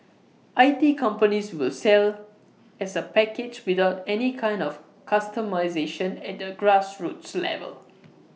I T companies will sell as A package without any kind of customisation at A grassroots level